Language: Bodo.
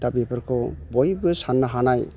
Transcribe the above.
दा बेफोरखौ बयबो साननो हानाय